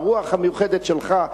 ברוח המיוחדת שלך,